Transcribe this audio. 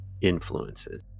influences